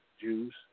Jews